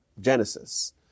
Genesis